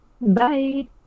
bye